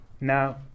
Now